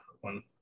one